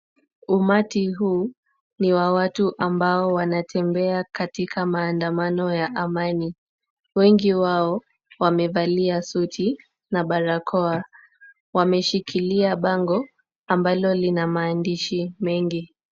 Umati huu, ni wa watu ambao wanatembea katika maandamano ya amani. Wengi wao wamevalia suti na barakoa. Wameshikilia bango ambalo lina maandishi mengi.